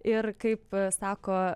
ir kaip sako